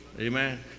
Amen